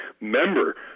member